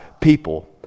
people